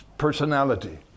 personality